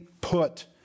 put